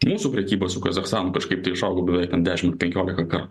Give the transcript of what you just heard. mūsų prekyba su kazachstanu kažkaip tai išaugo beveik ant dešimt penkioliką kartų